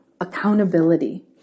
accountability